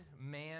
man